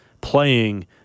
playing